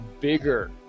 bigger